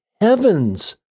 heavens